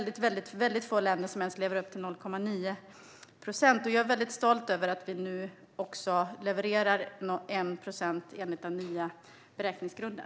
Det är väldigt få länder som ens lever upp till målet om 0,9 procent, och jag är stolt över att vi nu också levererar 1 procent enligt den nya beräkningsgrunden.